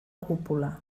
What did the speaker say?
cúpula